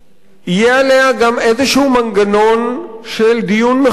יהיה עליה גם איזה מנגנון של דיון מחודש.